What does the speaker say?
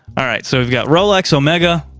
alright, so we've got rolex, omega.